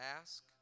ask